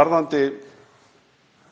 varðandi